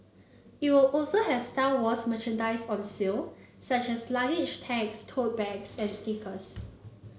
it will also have Star Wars merchandise on sale such as luggage tags tote bags and stickers